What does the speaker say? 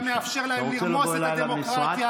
אתה רוצה לבוא אליי למשרד?